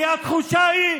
כי התחושה היא,